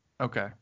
Okay